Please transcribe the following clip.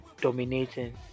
dominating